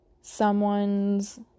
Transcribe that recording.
someone's